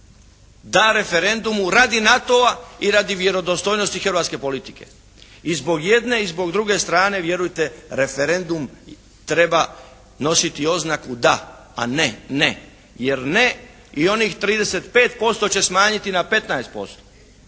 Da referendumu radi NATO-a i radi vjerodostojnosti hrvatske politike. I zbog jedne i zbog druge strane vjerujte referendum treba nositi oznaku DA, a ne NE, jer NE i onih 35% će smanjiti na 15%,